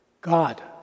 God